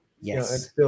Yes